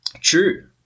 True